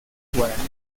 guaraní